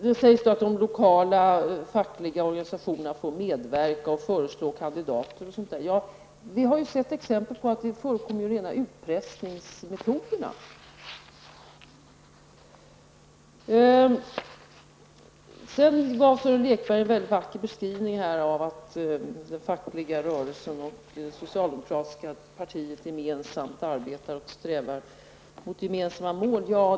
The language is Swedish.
Det sägs att de lokala fackliga organisationerna får medverka, föreslå kandidater, m.m. Vi har sett exempel på att det förekommer rena utpressningsmetoder. Sören Lekberg gav en mycket vacker beskrivning av att den fackliga rörelsen och det socialdemokratiska partiet tillsammans arbetar och strävar mot gemensamma mål.